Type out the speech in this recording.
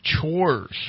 chores